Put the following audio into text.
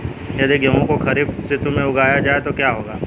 यदि गेहूँ को खरीफ ऋतु में उगाया जाए तो क्या होगा?